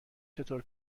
چطور